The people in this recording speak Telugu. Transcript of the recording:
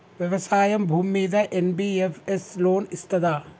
వ్యవసాయం భూమ్మీద ఎన్.బి.ఎఫ్.ఎస్ లోన్ ఇస్తదా?